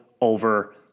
over